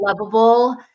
lovable